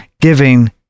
giving